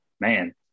man